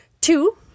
Two